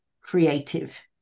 creative